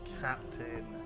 Captain